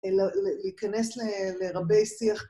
אלא להיכנס לרבי שיח.